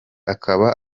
akaba